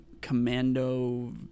Commando